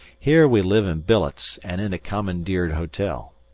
here we live in billets and in a commandeered hotel.